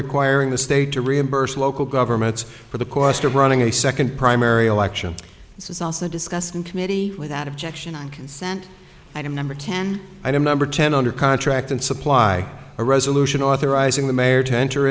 requiring the state to reimburse local governments for the cost of running a second primary election this is also discussed in committee without objection on consent item number ten item number ten under contract and supply a resolution authorizing the mayor to enter